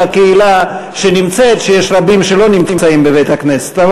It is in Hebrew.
הקהילה שנמצאת כשיש רבים שלא נמצאים בבית-הכנסת.